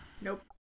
Nope